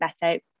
better